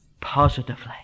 positively